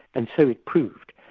and so it proved.